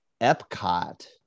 Epcot